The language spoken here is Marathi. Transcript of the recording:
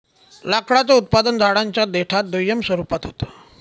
लाकडाचं उत्पादन झाडांच्या देठात दुय्यम स्वरूपात होत